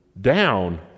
down